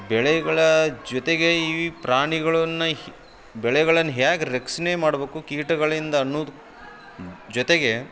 ಬೆಳೆಗಳ ಜೊತೆಗೆ ಈ ಪ್ರಾಣಿಗಳನ್ನ ಹಿ ಬೆಳೆಗಳನ್ನು ಹ್ಯಾಗೆ ರಕ್ಷ್ಣೆ ಮಾಡಬೇಕು ಕೀಟಗಳಿಂದ ಅನ್ನುವುದು ಜೊತೆಗೆ